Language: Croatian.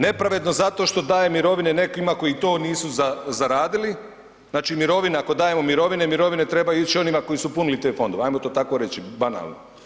Nepravedno zato što daje mirovine nekim koji to nisu zaradili, znači mirovina, ako dajemo mirovine, mirovine trebaju ići onima koji su punili te fondove, ajmo to tako reći banalno.